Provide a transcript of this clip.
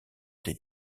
des